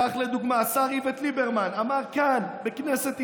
כך לדוגמה השר איווט ליברמן אמר כאן בכנסת ישראל: